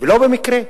ולא במקרה,